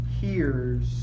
hears